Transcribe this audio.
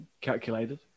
calculated